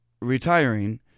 retiring